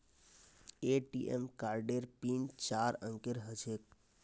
ATM कार्डेर PIN चार अंकेर ह छेक